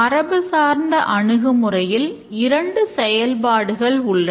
மரபுசார்ந்த அணுகுமுறையில் இரண்டு செயல்பாடுகள் உள்ளன